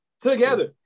Together